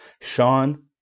Sean